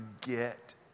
get